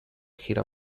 gira